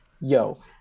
yo